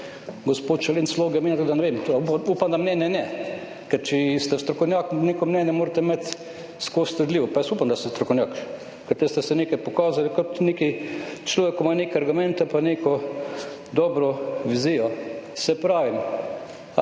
Gospod Šolinc vloge menja, tako da ne vem, upam, da mnenja ne. Ker če ste strokovnjak, neko mnenje morate imeti skozi sledljivo. Pa jaz upam, da ste strokovnjak, ker takrat ste se pokazali kot človek, ki ima neke argumente pa neko dobro vizijo. Saj pravim,